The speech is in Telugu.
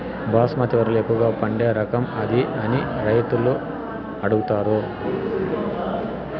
బాస్మతి వరిలో ఎక్కువగా పండే రకం ఏది అని రైతులను అడుగుతాను?